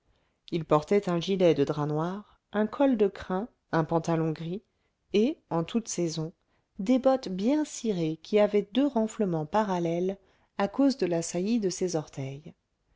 il portait un gilet de drap noir un col de crin un pantalon gris et en toute saison des bottes bien cirées qui avaient deux renflements parallèles à cause de la saillie de ses orteils